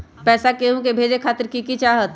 पैसा के हु के भेजे खातीर की की चाहत?